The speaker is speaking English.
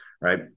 right